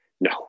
No